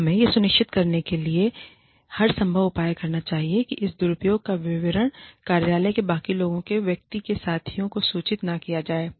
तब हमें यह सुनिश्चित करने के लिए हर संभव उपाय करना चाहिए कि इस दुरुपयोग का विवरण कार्यालय के बाकी लोगों के व्यक्ति के साथियों को सूचित न किया जाए